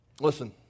Listen